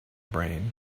brain